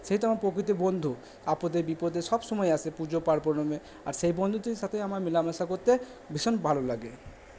সেই তো আমার প্রকৃত বন্ধু আপদে বিপদে সবসময় আসে পুজো পার্বণে আর সেই বন্ধুটির সাথে আমার মেলামেশা করতে ভীষণ ভালো লাগে